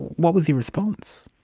what was your response?